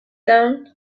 down